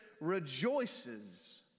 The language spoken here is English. rejoices